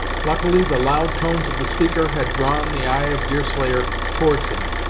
luckily the loud tones of the speaker had drawn the eye of deerslayer towards him,